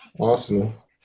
Arsenal